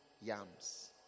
yams